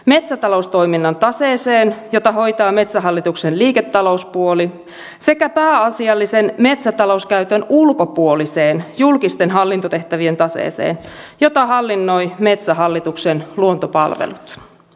metsätaloustoiminnan taseeseen jota hoitaa metsähallituksen liiketalouspuoli sekä pääasiallisen metsätalouskäytön ulkopuoliseen julkisten hallintotehtävien taseeseen jota hallinnoi metsähallituksen luontopalvelut